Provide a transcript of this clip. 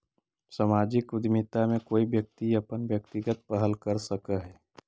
सामाजिक उद्यमिता में कोई व्यक्ति अपन व्यक्तिगत पहल कर सकऽ हई